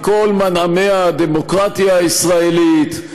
מכל מנעמי הדמוקרטיה הישראלית,